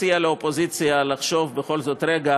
אנ מציע לאופוזיציה לחשוב בכל זאת רגע